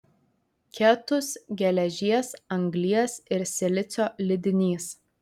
ketus geležies anglies ir silicio lydinys